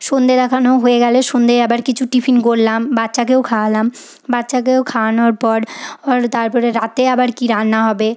সন্ধ্যে দেখানো হয়ে গেলে সন্ধ্যেয় আবার কিছু টিফিন করলাম বাচ্চাকেও খাওয়ালাম বাচ্চাকেও খাওয়ানোর পর অর তার পরে রাতে আবার কী রান্না হবে